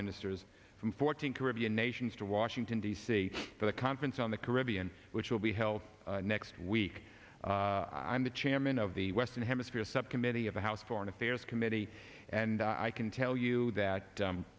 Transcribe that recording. ministers from fourteen caribbean nations to washington d c for the conference on the caribbean which will be held next week i'm the chairman of the western hemisphere subcommittee of the house foreign affairs committee and i can tell you that